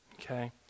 okay